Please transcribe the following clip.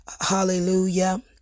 hallelujah